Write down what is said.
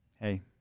Hey